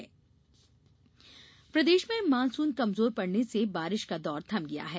मौसम प्रदेश में मॉनसून कमजोर पड़ने से बारिश का दौर थम गया है